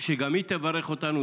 שגם היא תברך אותנו,